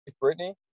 Brittany